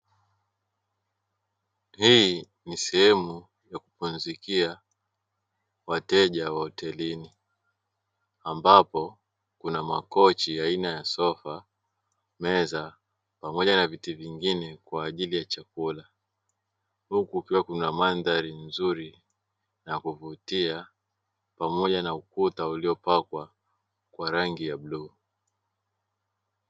Hii ni sehemu ya kupumzikia wateja wa hotelini ambapo kuna makochi aina ya sofa, meza pamoja na viti vingine kwa ajili ya chakula huku kukiwa kuna mandhari nzuri na kuvutia pamoja na ukuta uliopakwa kwa rangi ya bluu.